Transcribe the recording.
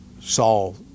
Saul